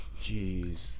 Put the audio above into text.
Jeez